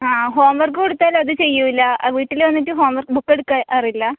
ആ homework കൊടുത്താൽ അത് ചെയ്യൂല്ല ആ വീട്ടിൽ വന്നിട്ട് ഹോം വർക്ക് ബുക്ക് എടുക്കാറില്ല